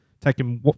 taking